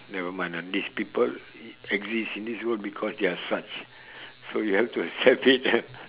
never mind lah these people exist in this world because they are such so you have to accept it